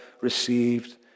received